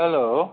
hello